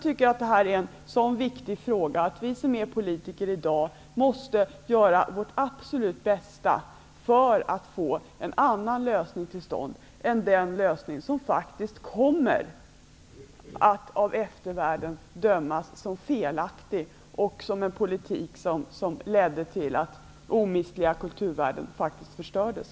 Detta är en så viktig fråga att vi som är politiker i dag måste göra vårt absolut bästa för att få en annan lösning till stånd än den lösning som kommer att av eftervärlden dömas som felaktig och som en politik som ledde till att omistliga kulturvärden förstördes.